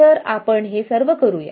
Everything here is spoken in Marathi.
तर आपण हे सर्व करूया